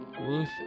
Ruth